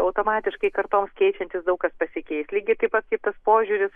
automatiškai kartoms keičiantis daug kas pasikeis lygiai taip pat kaip tas požiūris